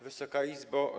Wysoka Izbo!